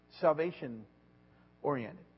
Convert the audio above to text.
salvation-oriented